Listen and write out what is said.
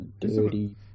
Dirty